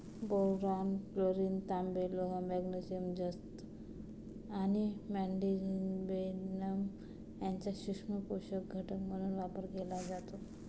boron, chlorine, तांबे, लोह, magnesium, जस्त आणि मॉलिब्डेनम यांचा सूक्ष्म पोषक घटक म्हणून वापर केला जातो